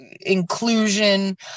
inclusion